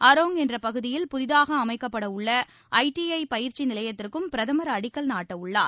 அரோங்க் என்ற பகுதியில் புதிதாக அமைக்கப்படவுள்ள ஐடிஐ பயிற்சி நிலையத்திற்கும் பிரதமர் அடிக்கல் நாட்டவுள்ளார்